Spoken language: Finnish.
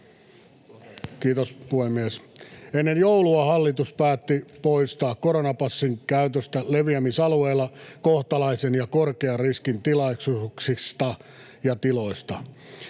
Kiitos, puhemies. — Ennen joulua hallitus päätti poistaa koronapassin käytöstä leviämisalueilla kohtalaisen ja korkean riskin tilaisuuksista ja tiloista.